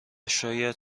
شاید